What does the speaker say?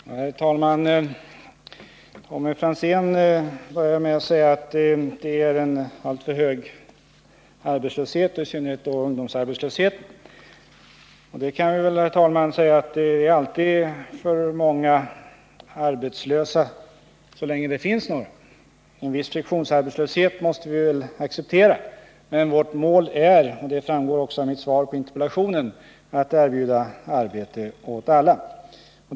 Herr talman! Tommy Franzén började med att säga att det är alltför hög arbetslöshet, och i synnerhet då ungdomsarbetslöshet. Och det kan vi säga — det är alltid för många arbetslösa så länge det finns några arbetslösa. En viss friktionsarbetslöshet måste vi väl acceptera, men vårt mål är, och det framgår också av mitt svar på interpellationen, att erbjuda arbete åt alla.